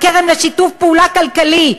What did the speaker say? הקרן לשיתוף פעולה כלכלי,